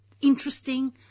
interesting